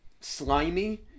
slimy